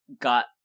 got